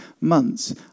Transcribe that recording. months